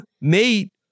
mate